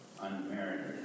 Unmerited